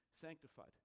sanctified